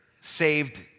saved